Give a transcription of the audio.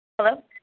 Hello